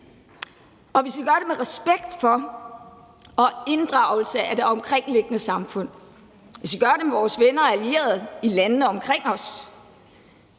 og vi skal gøre det med respekt for og med inddragelse af det omkringliggende samfund. Vi skal gøre det med vores venner og allierede i landene omkring os.